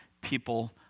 people